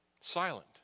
Silent